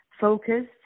focused